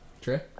Trey